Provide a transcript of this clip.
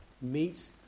meet